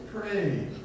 pray